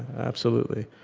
absolutely,